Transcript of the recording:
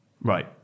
Right